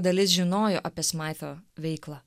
dalis žinojo apie smaito veiklą